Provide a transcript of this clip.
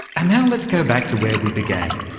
and now let's go back to where we began,